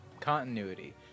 continuity